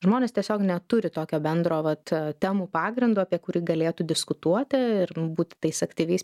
žmonės tiesiog neturi tokio bendro vat temų pagrindo apie kurį galėtų diskutuoti ir būti tais aktyviais